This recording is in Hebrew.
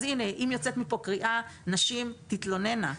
אז הינה, אם יוצאת מפה קריאה: נשים, תתלוננה.